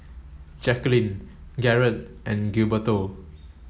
Jacklyn Garrett and Gilberto